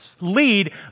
lead